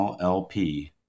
LP